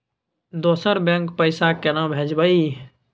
दोसर बैंक पैसा केना भेजबै?